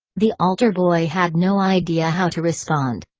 the altar boy had no idea how to respond.